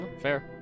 Fair